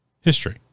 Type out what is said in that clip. history